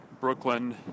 Brooklyn